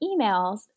emails